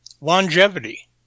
longevity